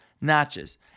notches